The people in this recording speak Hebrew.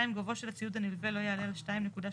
(2) גובהו של הציוד הנלווה לא יעלה על 2.3